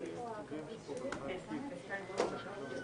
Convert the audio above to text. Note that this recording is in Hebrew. ישיבת ועדת הכנסת בנושא תיקון